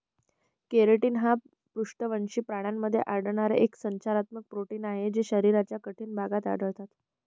keratin हे पृष्ठवंशी प्राण्यांमध्ये आढळणारे एक संरचनात्मक प्रोटीन आहे जे शरीराच्या कठीण भागात आढळतात